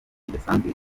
kidasanzwe